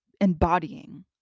embodying